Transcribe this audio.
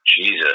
Jesus